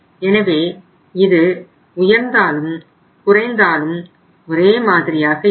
எனவே இது உயர்ந்தாலும் குறைந்தாலும் ஒரே மாதிரியாக இருக்கும்